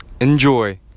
Enjoy